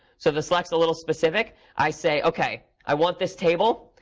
so the select is a little specific. i say, ok, i want this table.